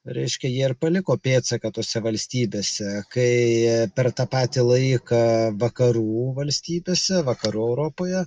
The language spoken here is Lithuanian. reiškia jie ir paliko pėdsaką tose valstybėse kai per tą patį laiką vakarų valstybėse vakarų europoje